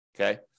okay